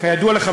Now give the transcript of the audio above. כידוע לך,